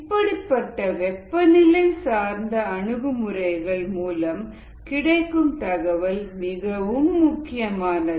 இப்படிப்பட்ட வெப்பநிலை சார்ந்த அணுகுமுறைகள் மூலம் கிடைக்கும் தகவல் மிகவும் முக்கியமானது